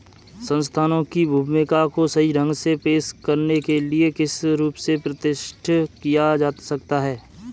संस्थानों की भूमिका को सही ढंग से पेश करने के लिए किस रूप से प्रतिष्ठित किया जा सकता है?